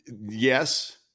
Yes